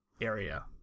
area